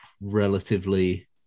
relatively